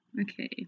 okay